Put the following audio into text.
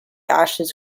ashes